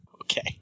Okay